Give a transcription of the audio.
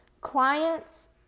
Clients